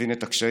מבין את הקשיים,